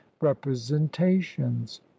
representations